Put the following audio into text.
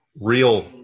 real